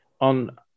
on